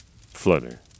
flutter